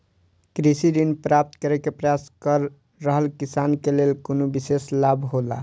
कृषि ऋण प्राप्त करे के प्रयास कर रहल किसान के लेल कुनु विशेष लाभ हौला?